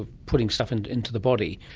ah putting stuff and into the body,